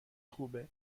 خوبه